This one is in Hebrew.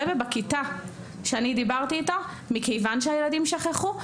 הרבי בכיתה שאני דיברתי איתו מכיוון שהילדים שכחו,